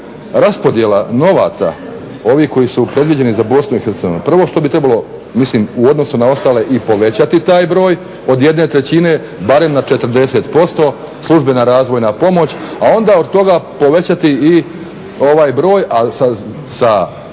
raspodjela novaca ovih koji su predviđeni za Bosnu i Hercegovinu, prvo što bi trebalo mislim u odnosu na ostale i povećati taj broj od jedne trećine barem na 40%, službena razvojna pomoć a onda od toga povećati i ovaj broj ali